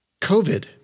COVID